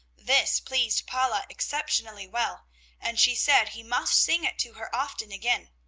this pleased paula exceptionally well and she said he must sing it to her often again.